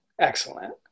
excellent